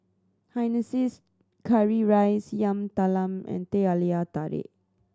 hainanese curry rice Yam Talam and Teh Halia Tarik